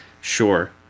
sure